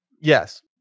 Yes